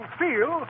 feel